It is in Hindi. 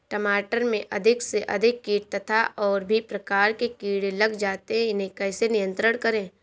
टमाटर में अधिक से अधिक कीट तथा और भी प्रकार के कीड़े लग जाते हैं इन्हें कैसे नियंत्रण करें?